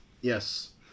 Yes